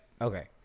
Okay